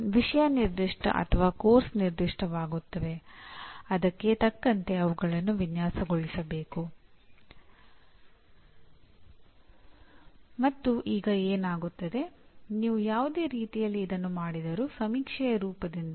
ಅವರು ಉತ್ಪನ್ನವನ್ನು ಬಿಡುಗಡೆ ಮಾಡಲು ಬಯಸಿದಾಗಲೆಲ್ಲಾ ಅವರು ಮೊದಲು ಅದನ್ನು ವಿನ್ಯಾಸಗೊಳಿಸುವುದಿಲ್ಲ ಮತ್ತು ನಂತರ ಗ್ರಾಹಕರು ಖರೀದಿಸಬೇಕಾದ ಉತ್ಪನ್ನ ಇದು ಎಂದು ಹೇಳುವುದಿಲ್ಲ